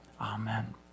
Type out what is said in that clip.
Amen